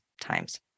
times